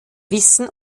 wissen